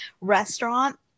restaurant